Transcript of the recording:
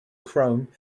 chrome